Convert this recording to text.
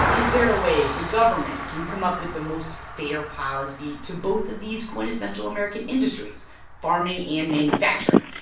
is there a way the government can come up with the most fair policy to both of these quintessential american industries farming and manufacturing?